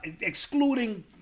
excluding